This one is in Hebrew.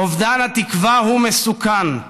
אובדן התקווה הוא מסוכן.